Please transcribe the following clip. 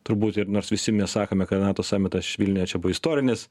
turbūt ir nors visi mes sakome kad nato samitas š vilniuje čia istorinis